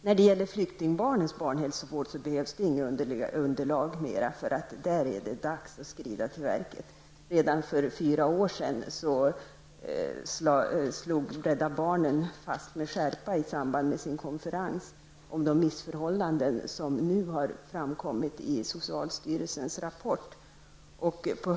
När det gäller flyktingbarnens hälsovård behövs inget ytterligare underlag. Där är det dags att skrida till verket. Redan för fyra år sedan slog Rädda barnen fast med stor skärpa i samband med sin konferens de missförhållanden som nu har framkommit i socialstyrelsens rapport.